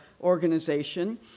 organization